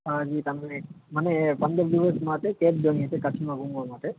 હા જી તમને મને પંદર દિવસ માટે કૅબ જોઈએ છે કચ્છમાં ઘુમવા માટે